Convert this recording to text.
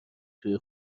توی